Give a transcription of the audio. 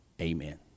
Amen